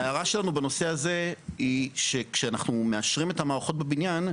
ההערה שלנו בנושא הזה היא שכשאנחנו משארים את המערכות בבניין,